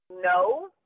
no